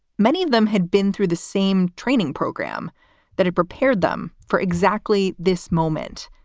many of them had been through the same training program that had prepared them for exactly this moment.